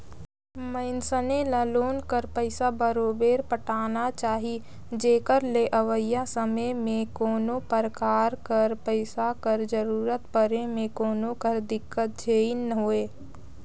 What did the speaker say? मइनसे ल लोन कर पइसा बरोबेर पटाना चाही जेकर ले अवइया समे में कोनो परकार कर पइसा कर जरूरत परे में कोनो कर दिक्कत झेइन होए